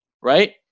right